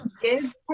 give